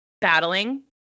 battling